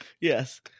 yes